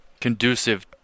conducive